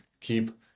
keep